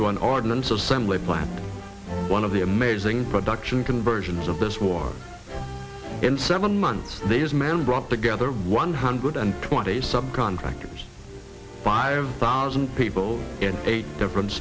into an ordnance assembly plant one of the amazing production conversions of this war in seven months these men brought together one hundred and twenty subcontractors five thousand people in eight different